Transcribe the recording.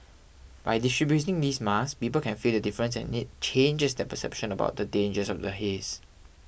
by distributing these masks people can feel the difference and it changes their perception about the dangers of the haze